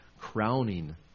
crowning